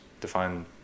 define